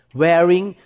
wearing